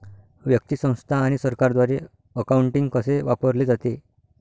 व्यक्ती, संस्था आणि सरकारद्वारे अकाउंटिंग कसे वापरले जाते